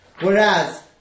Whereas